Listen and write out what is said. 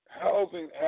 Housing